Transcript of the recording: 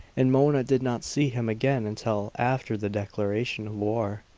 and mona did not see him again until after the declaration of war.